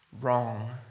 wrong